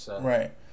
Right